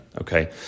okay